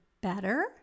better